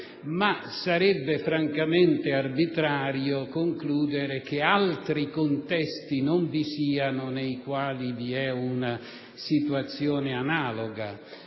ma sarebbe francamente arbitrario concludere che non vi siano altri contesti nei quali vi è una situazione analoga,